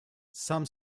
some